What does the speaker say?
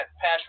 pass